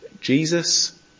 Jesus